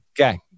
Okay